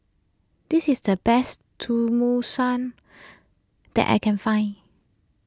this is the best Tenmusu that I can find